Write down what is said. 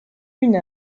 une